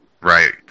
right